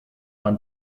man